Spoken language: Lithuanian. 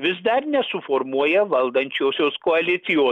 vis dar nesuformuoja valdančiosios koalicijos